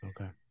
Okay